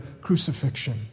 crucifixion